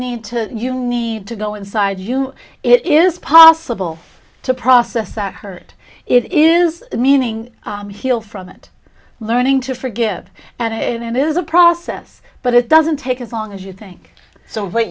need to you need to go inside you it is possible to process that hurt it is meaning heal from it learning to forgive and it is a process but it doesn't take as long as you think so w